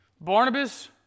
Barnabas